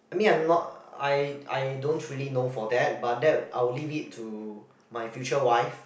I mean I'm not I I don't really know for that but that I will leave it to my future wife